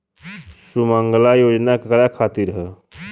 सुमँगला योजना केकरा खातिर ह?